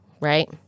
right